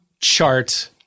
Chart